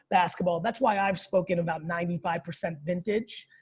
basketball. that's why i've spoken about ninety five percent vintage.